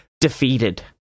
defeated